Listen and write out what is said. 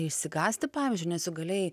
išsigąsti pavyzdžiui nes juk galėjai